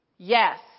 Yes